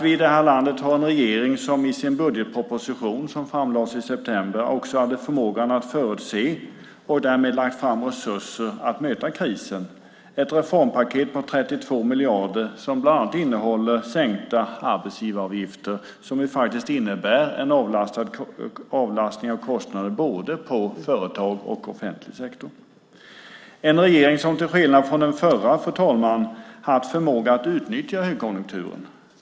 I det här landet har vi en regering som i sin budgetproposition, som lades fram i september, hade förmågan att förutse och därmed lade fram resurser att möta krisen. Det var ett reformpaket på 32 miljarder som bland annat innehåller sänkta arbetsgivaravgifter som innebär en avlastning för kostnader både i företag och i offentlig sektor. Det är en regering som till skillnad från den förra haft förmåga att utnyttja högkonjunkturen.